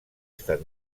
estat